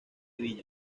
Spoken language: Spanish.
villa